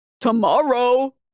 tomorrow